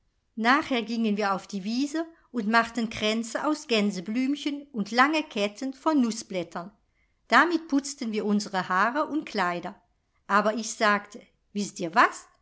nachher gingen wir auf die wiese und machten kränze aus gänseblümchen und lange ketten von nußblättern damit putzten wir unsre haare und kleider aber ich sagte wißt ihr was